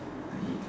ninety eight